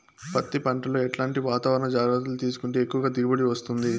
పత్తి పంట లో ఎట్లాంటి వాతావరణ జాగ్రత్తలు తీసుకుంటే ఎక్కువగా దిగుబడి వస్తుంది?